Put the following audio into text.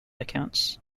accounts